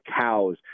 cows